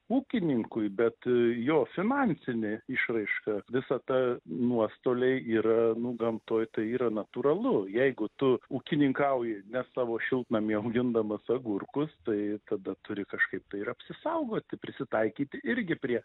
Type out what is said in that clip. ūkininkui bet jo finansinė išraiška visa ta nuostoliai yra nu gamtoj tai yra natūralu jeigu tu ūkininkauji ne savo šiltnamį augindamas agurkus tai tada turi kažkaip tai ir apsisaugoti prisitaikyti irgi prie